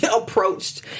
approached